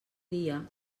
dia